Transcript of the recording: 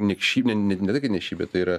niekšybė net ne tai kad niekšybė tai yra